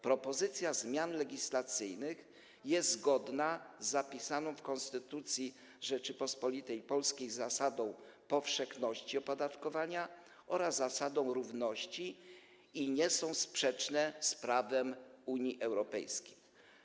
Propozycja zmian legislacyjnych jest zgodna z zapisaną w Konstytucji Rzeczypospolitej Polskiej zasadą powszechności opodatkowania oraz zasadą równości i nie jest sprzeczna z prawem Unii Europejskiej.